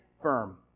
firm